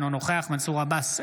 אינו נוכח מנסור עבאס,